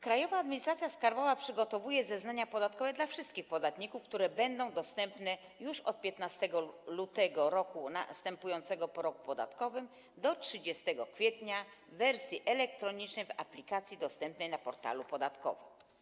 Krajowa Administracja Skarbowa przygotuje zeznania podatkowe dla wszystkich podatników, które będą dostępne już od 15 lutego roku następującego po roku podatkowym do 30 kwietnia, w wersji elektronicznej, w aplikacji dostępnej na Portalu Podatkowym.